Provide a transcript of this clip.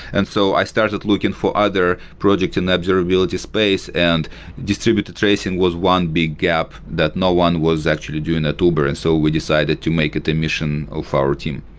and so i started looking for other projects in the observability space, and distributed tracing was one big gap that no one was actually doing at uber. and so we decided to make it the mission of our team.